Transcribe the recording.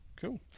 Cool